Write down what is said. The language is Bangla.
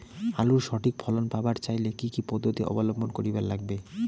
আলুর সঠিক ফলন পাবার চাইলে কি কি পদ্ধতি অবলম্বন করিবার লাগবে?